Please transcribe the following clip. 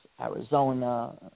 Arizona